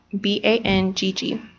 B-A-N-G-G